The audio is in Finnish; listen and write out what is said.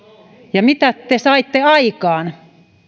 ja mitä te saitte aikaan